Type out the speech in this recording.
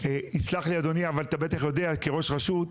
יסלח לי אדוני, אבל אתה בטח יודע כראש רשות,